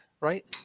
right